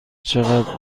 چقدر